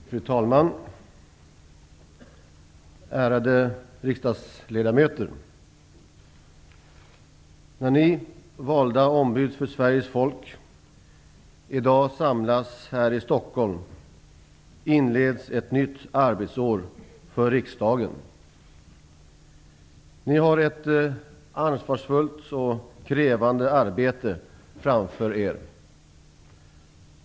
Fru talman, ärade riksdagsledamöter! När Ni, valda ombud för Sveriges folk, i dag samlas här i Ni har ett ansvarsfullt och krävande arbete framför Er.